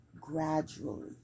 gradually